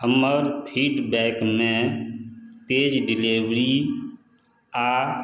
हमर फीडबैकमे तेज डिलीवरी आ